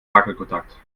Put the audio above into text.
wackelkontakt